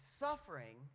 suffering